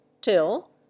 till